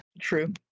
true